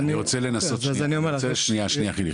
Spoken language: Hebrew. אז אני אומר לך --- שניה חילי,